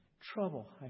trouble